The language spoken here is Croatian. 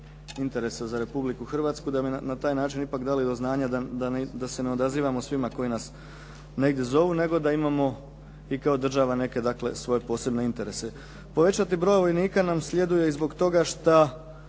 Povećati broj vojnika nam sljeduje zato što